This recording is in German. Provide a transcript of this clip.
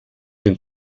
den